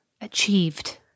Achieved